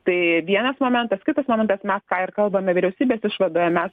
tai vienas momentas kitas mano mes ką ir kalbame vyriausybės išvadoje mes